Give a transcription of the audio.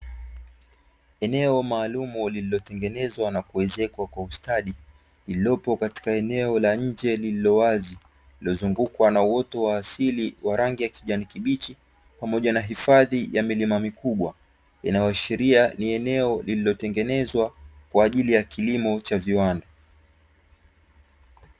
Eneo maalumu lililotengenezwa na kuezekwa kwa ustadi, lililopo katika eneo la nje lilowazi lililozungukwa na uoto wa asili wa rangi ya kijani kibichi pamoja na hifadhi ya milima mikubwa. Inayoashiria ni eneo lililotengenezwa kwa ajili ya kilimo cha viwanda.